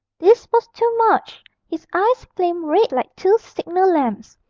this was too much his eyes flamed red like two signal lamps,